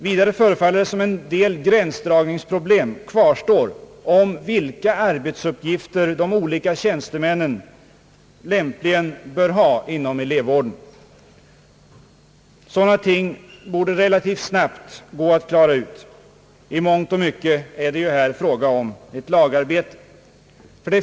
Vidare förefaller det som om en del gränsdragningsproblem kvarstår, om vilka arbetsuppgifter de olika tjänstemännen lämpligen bör ha inom elevkåren. Sådana ting borde relativt snabbt gå att klara ut. I mångt och mycket är det ju här fråga om ett lagarbete.